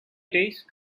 days